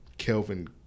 Kelvin